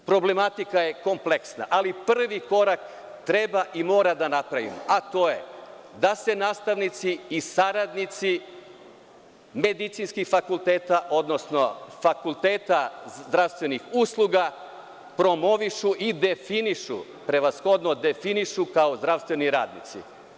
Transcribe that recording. Problematika je kompleksna, ali prvi korak treba i mora da napravimo, a to je da se nastavnici i saradnici medicinskih fakulteta, odnosno fakulteta zdravstvenih usluga promovišu i definišu, prevashodno definišu, kao zdravstveni radnici.